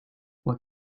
what